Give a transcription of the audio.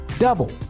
Double